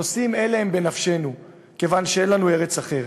נושאים אלה הם בנפשנו, כיוון שאין לנו ארץ אחרת.